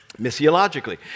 Missiologically